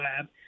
Lab